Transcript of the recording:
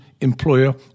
employer